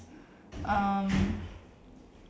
um